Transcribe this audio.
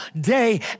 day